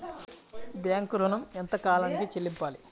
Bank ఋణం ఎంత కాలానికి చెల్లింపాలి?